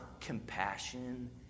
compassion